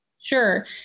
Sure